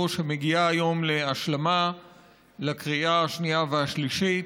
שמגיעה היום להשלמה לקריאה השנייה והשלישית.